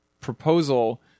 proposal